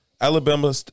Alabama